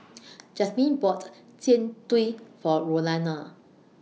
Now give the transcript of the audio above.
Jazmyn bought Jian Dui For Rolanda